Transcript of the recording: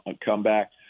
comeback